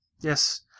Yes